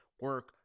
Work